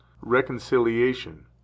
reconciliation